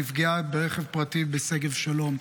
נפגעה מרכב פרטי בשגב שלום,